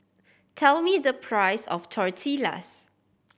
tell me the price of Tortillas